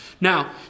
Now